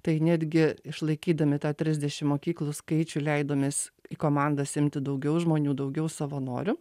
tai netgi išlaikydami tą trisdešim mokyklų skaičių leidomės į komandas imti daugiau žmonių daugiau savanorių